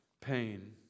pain